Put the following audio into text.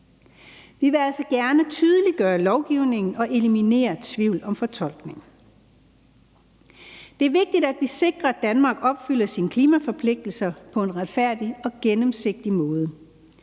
Vi vil altså gerne tydeliggøre lovgivningen og eliminere tvivl om fortolkningen. Det er vigtigt, at vi sikrer, at Danmark opfylder sine klimaforpligtelser på en retfærdig og gennemsigtig måde,